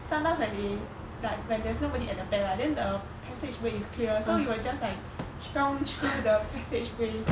sometimes when they like when there's nobody at the back right then the passageway is clear so we were just like chiong chiong the passageway